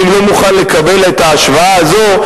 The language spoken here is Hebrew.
אני לא מוכן לקבל את ההשוואה הזו,